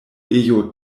ejo